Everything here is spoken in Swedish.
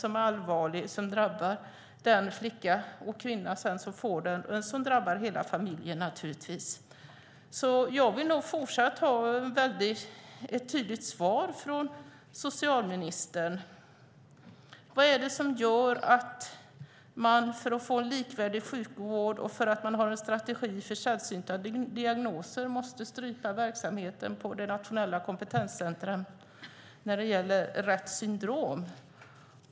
Den är allvarlig, och den drabbar utöver den flicka och sedan kvinna som får den hela familjer. Jag vill fortsatt ha ett tydligt svar från socialministern. Vad är det som gör att man för att få en likvärdig sjukvård och för att ha en strategi för sällsynta diagnoser måste strypa verksamheten på de nationella kompetenscentren när det gäller Retts syndrom?